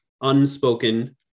unspoken